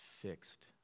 fixed